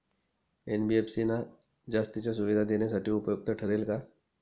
NBFC ना जास्तीच्या सुविधा देण्यासाठी उपयुक्त ठरेल का?